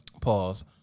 pause